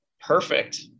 Perfect